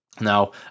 now